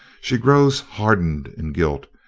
she grows hardened in guilt,